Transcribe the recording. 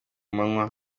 manywa